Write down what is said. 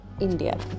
India